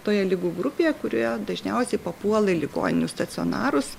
toje ligų grupėje kurioje dažniausiai papuola į ligoninių stacionarus